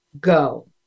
Go